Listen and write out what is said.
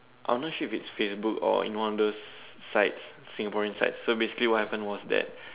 I'm not sure if it's Facebook or in one of those sites Singaporean sites so basically what happened was that